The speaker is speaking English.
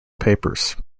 papers